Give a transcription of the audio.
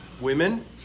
women